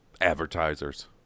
advertisers